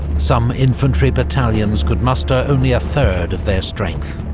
some infantry battalions could muster only a third of their strength.